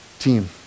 Team